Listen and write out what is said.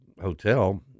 hotel